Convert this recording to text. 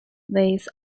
weis